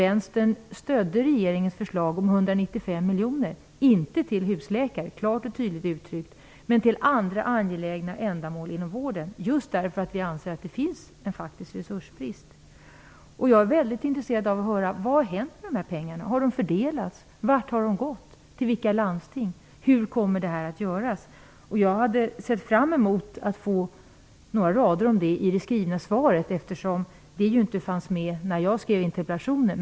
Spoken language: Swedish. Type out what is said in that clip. Vänsterpartiet stödde faktiskt regeringens förslag om 195 miljoner kronor, inte till husläkare klart och tydligt uttryckt men till andra angelägna ändamål inom vården. Vi anser nämligen att det finns en faktisk resursbrist. Jag är mycket intresserad av att höra vad som har hänt med dessa pengar. Har de fördelats? Vart har de gått? Till vilka landsting har de gått? Hur kommer detta att göras? Jag hade sett fram emot att få några rader om det i det skrivna svaret, eftersom det inte fanns med i bilden när jag skrev interpellationen.